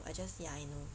I just ya I know